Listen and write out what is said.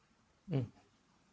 mm